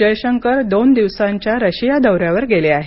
जयशंकर दोन दिवसांच्या रशिया दौऱ्यावर गेले आहेत